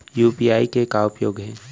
UPI के का उपयोग हे?